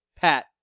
Pat